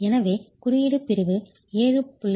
எனவே குறியீடு பிரிவு 7